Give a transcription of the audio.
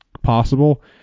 possible